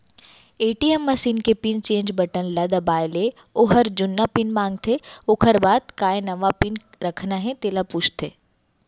ATM machine के pin change button ल दबाए ले ओहर जुन्ना पिन मांगथे ओकर बाद काय नवा पिन रखना हे तेला पूछथे